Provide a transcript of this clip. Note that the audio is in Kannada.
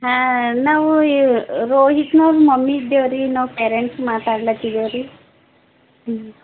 ಹಾಂ ನಾವು ಇವ ರೋಹಿತ್ನ ಮಮ್ಮಿ ಇದ್ದೇವೆ ರಿ ನಾವು ಪೇರೆಂಟ್ಸ್ ಮಾತಾಡ್ಲತ್ತಿದ್ದೇವೆ ರಿ ಹ್ಞೂ